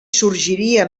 sorgiria